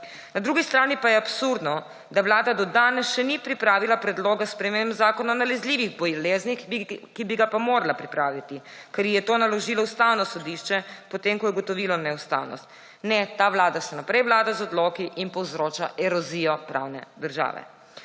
Na drugi strani pa je absurdno, da Vlada do danes še ni pripravila predloga sprememb Zakona o nalezljivih boleznih, ki bi ga pa morala pripraviti, ker ji je to naložilo Ustavno sodišče, potem ko je ugotovilo neustavnost. Ne, ta vlada še naprej vlada z odloki in povzroča erozijo pravne države.